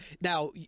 Now